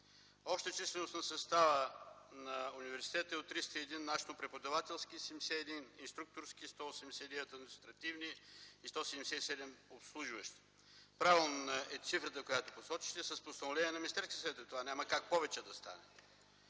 Общата численост на състава на университета е: 301 научно-преподавателски, 71 инструкторски, 189 административни и 177 обслужващи. Правилна е цифрата, която посочихте. Това е с постановление на Министерския съвет – няма как да стане